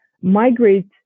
migrate